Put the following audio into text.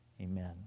amen